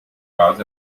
caz